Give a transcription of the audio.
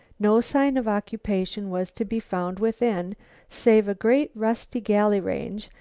no sign of occupation was to be found within save a great rusty galley range,